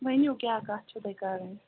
ؤنِو کیٛاہ کَتھ چھُو تۄہہِ کَرٕنۍ